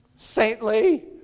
saintly